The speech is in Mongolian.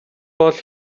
бол